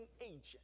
agent